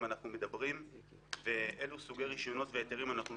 מדברים ואילו סוגי רישיונות והיתרים אנחנו נותנים,